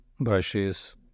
brushes